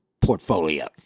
portfolio